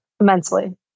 Immensely